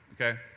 okay